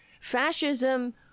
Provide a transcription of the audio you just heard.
Fascism